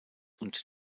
und